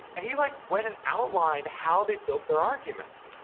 and he like went and outlined how they built their arguments.